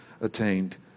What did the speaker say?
attained